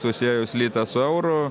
susiejus litą su euru